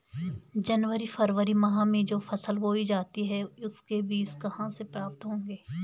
जनवरी फरवरी माह में जो फसल बोई जाती है उसके बीज कहाँ से प्राप्त होंगे?